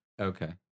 Okay